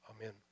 Amen